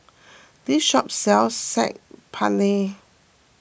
this shop sells Saag Paneer